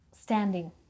standing